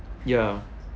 yeah